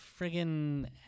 friggin